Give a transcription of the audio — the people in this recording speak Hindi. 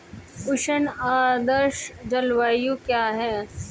उष्ण आर्द्र जलवायु क्या है?